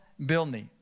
Bilney